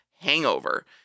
hangover